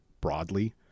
broadly